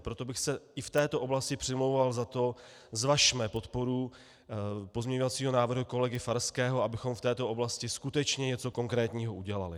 Proto bych se i v této oblasti přimlouval za to, zvažme podporu pozměňovacího návrhu kolegy Farského, abychom v této oblasti skutečně něco konkrétního udělali.